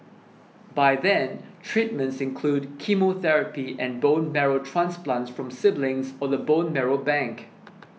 by then treatments include chemotherapy and bone marrow transplants from siblings or the bone marrow bank